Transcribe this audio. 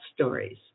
Stories